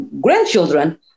grandchildren